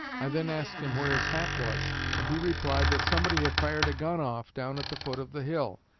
i then asked him where his hat was and he replied that somebody had fired a gun off down at the foot of the hill,